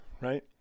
right